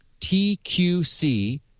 TQC